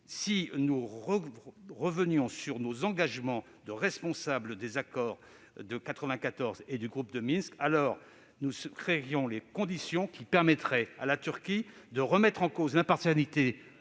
Si nous revenions sur nos engagements de responsables des accords de 1994 et du groupe de Minsk, nous créerions les conditions permettant à la Turquie de remettre en cause l'impartialité